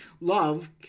Love